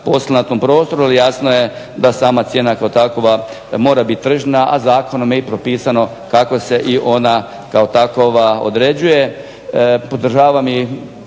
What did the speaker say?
posla na tom prostoru, ali jasno je da sama cijena kao takva mora biti tržišna, a zakonom je i propisano kako se i ona kao takva određuje.